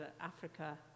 Africa